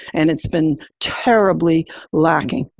and it's been terribly lacking.